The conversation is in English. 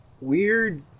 weird